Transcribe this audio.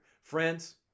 Friends